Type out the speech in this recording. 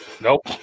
Nope